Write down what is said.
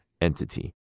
entity